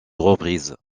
reprises